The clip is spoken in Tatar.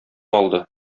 алды